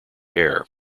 air